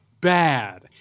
Bad